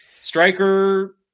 Striker